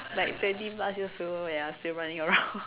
like twenty plus years old we are still running around